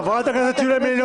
חבר הכנסת טופורובסקי,